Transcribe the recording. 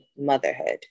motherhood